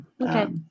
Okay